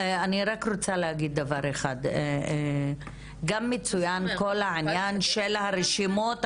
אני רוצה להגיד: מצוין גם העניין של כל הרשימות השחורות.